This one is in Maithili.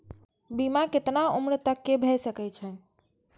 बीमा केतना उम्र तक के भे सके छै?